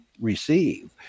receive